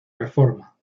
reforma